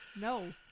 no